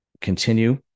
continue